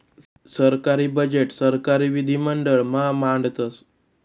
सरकारी बजेट सरकारी विधिमंडळ मा मांडतस